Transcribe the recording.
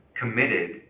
committed